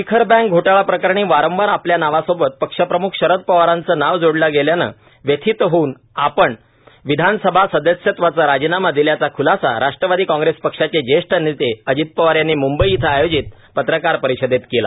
शिखर बँक घोटाळा प्रकरणी वारंवार आपल्या नावासोबत पक्षप्रमुख शरद पवारांचं नाव जोडल्या गेल्यानं व्यथित होऊन आपण विधानसभा सदस्यत्वाचा राजीनामा दिल्याचा खुलासा राष्ट्रवादी कॉग्रेस पक्षाचे ज्येष्ठ नेते अजित पवार यांनी मुंबई इथं आयोजित पत्रकार परिषदेत केला